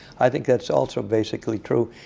i think that's also basically true.